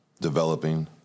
developing